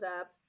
up